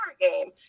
game